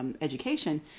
Education